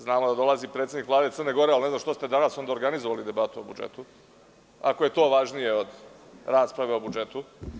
Znamo da dolazi predsednik Vlade Crne Gore, ali ne znam što ste onda danas organizovali debatu o budžetu, ako je to važnije od rasprave o budžetu.